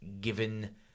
given